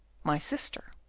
my sister.